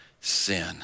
sin